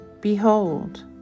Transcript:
Behold